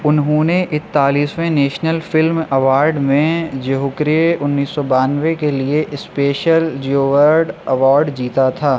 انہوں نے اکتالسویں نیشنل فلم ایوارڈ میں جھوکری انیس سو بانوے کے لیے اسپیشل جیور ایوارڈ جیتا تھا